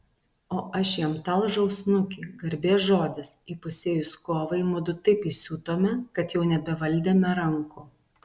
o aš jam talžau snukį garbės žodis įpusėjus kovai mudu taip įsiutome kad jau nebevaldėme rankų